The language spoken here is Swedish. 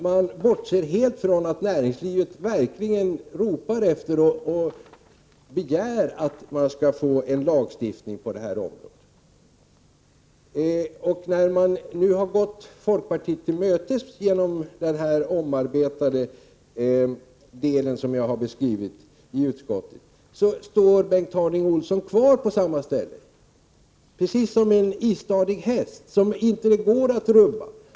Man bortser helt från att näringslivet verkligen ropar efter — och begär — en lagstiftning på det här området. När vi nu i utskottet har gått folkpartiet till mötes genom den omarbetning som jag har beskrivit, så står Bengt Harding Olson kvar på samma ställe precis som en istadig häst som inte går att rubba.